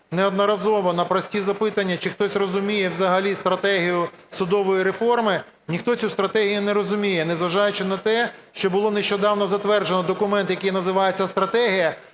неодноразово на прості запитання, чи хтось розуміє взагалі стратегію судової реформи, ніхто цю стратегію не розуміє, незважаючи на те, що було нещодавно затверджено документ, який називається "Стратегія",